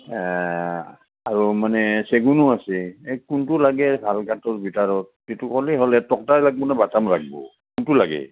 আৰু মানে চেগুনো আছে এই কোনটো লাগে শালকাঠৰ ভিতৰত সেইটো হ'লেই হ'লে টক্টাই লাগব ন বাটাম লাগব কোনটো লাগে